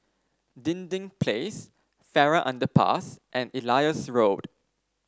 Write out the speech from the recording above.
Dinding Place Farrer Underpass and Elias Road